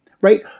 right